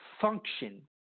function